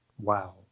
Wow